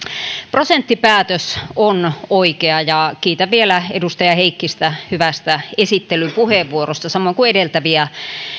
prosenttipäätös on oikea ja kiitän vielä edustaja heikkistä hyvästä esittelypuheenvuorosta samoin kuin edeltäviä